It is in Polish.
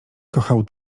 kochał